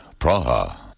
Praha